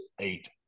eight